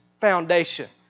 foundation